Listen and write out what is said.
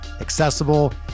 accessible